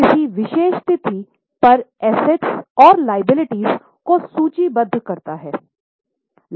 तो यह किसी विशेष तिथि पर एसेट्स और लिएबिलिटीज़ को सूचीबद्ध करता है